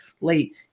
late